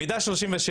מידה 36